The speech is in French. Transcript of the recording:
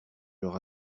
leur